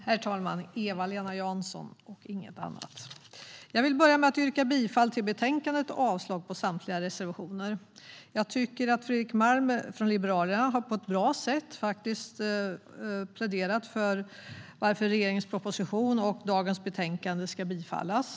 Herr talman! Jag vill börja med att yrka bifall till utskottets förslag och avslag på samtliga reservationer. Jag tycker att Fredrik Malm från Liberalerna på ett bra sätt pläderade för varför regeringens proposition och förslaget i dagens betänkande ska bifallas.